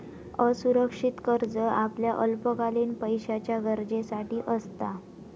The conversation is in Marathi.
असुरक्षित कर्ज आपल्या अल्पकालीन पैशाच्या गरजेसाठी असता